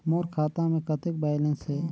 मोर खाता मे कतेक बैलेंस हे?